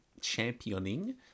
championing